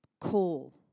call